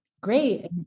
Great